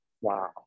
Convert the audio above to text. wow